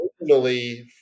originally